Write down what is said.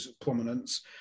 prominence